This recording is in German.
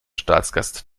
staatsgast